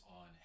on